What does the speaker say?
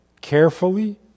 carefully